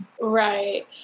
Right